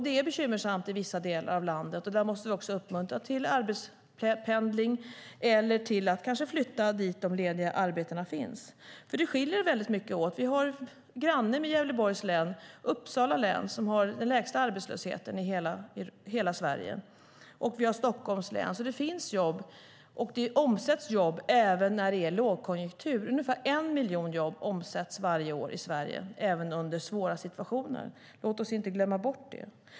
Det är bekymmersamt i vissa delar av landet, och där måste vi också uppmuntra till arbetspendling eller till att kanske flytta dit där de lediga arbetena finns. Det skiljer sig väldigt mycket åt. Granne med Gävleborgs län har vi Uppsala län som har den lägsta arbetslösheten i hela Sverige. Vi har även Stockholms län. Det finns jobb, och det omsätts jobb, även när det är lågkonjunktur. Ungefär en miljon jobb omsätts varje år i Sverige, även i svåra situationer. Låt oss inte gömma bort det.